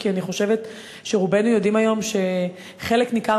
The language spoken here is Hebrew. כי אני חושבת שרובנו יודעים היום שחלק ניכר